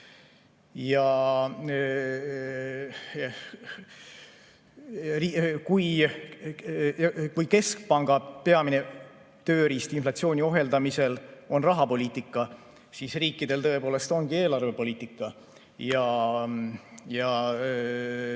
Keskpanga peamine tööriist inflatsiooni ohjeldamisel on rahapoliitika. Riikidel tõepoolest ongi eelarvepoliitika ja